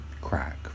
crack